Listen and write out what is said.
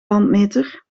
landmeter